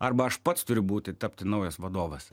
arba aš pats turiu būti tapti naujas vadovas